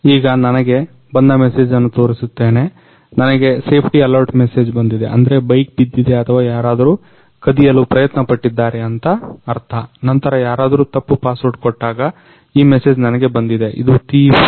ಈಗ ನನಗೆ ಬಂದ ಮೆಸೇಜನ್ನ ತೋರಿಸುತ್ತೇನೆ ನನಗೆ ಸೇಫ್ಟಿ ಅಲರ್ಟ್ ಮೆಸೇಜ್ ಬಂದಿದೆ ಅಂದ್ರೆ ಬೈಕ್ ಬಿದ್ದಿದೆ ಅಥವಾ ಯಾರಾದ್ರು ಕದಿಯಲು ಪ್ರಯತ್ನ ಪಟ್ಟಿದ್ದಾರೆ ಅಂತ ಅರ್ಥ ನಂತರ ಯಾರಾದ್ರು ತಪ್ಪು ಪಾಸ್ವರ್ಡ್ ಕೊಟ್ಟಾಗ ಈ ಮೆಸೇಜು ನನಗೆ ಬಂದಿದೆ ಇದು ಥೀಫ್